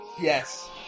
Yes